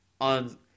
on